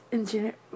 Internet